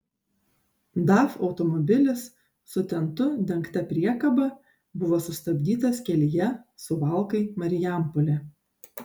daf automobilis su tentu dengta priekaba buvo sustabdytas kelyje suvalkai marijampolė